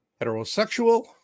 heterosexual